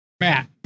Matt